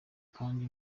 kandi